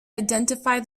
identify